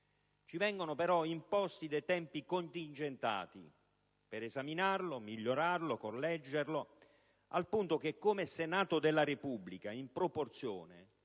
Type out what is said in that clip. Ci vengono però imposti tempi contingentati per esaminarlo, migliorarlo e correggerlo, al punto che, come Senato della Repubblica - lo dico